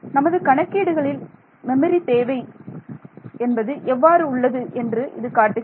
நமது கணக்கீடுகளில் மெமரி தேவை என்பது எவ்வாறு உள்ளது என்று இது காட்டுகிறது